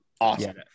awesome